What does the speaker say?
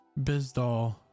Bizdal